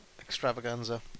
extravaganza